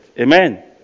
Amen